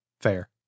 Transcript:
Fair